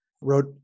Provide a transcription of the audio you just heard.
wrote